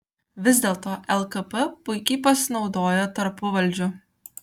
vis dėlto lkp puikiai pasinaudojo tarpuvaldžiu